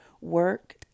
work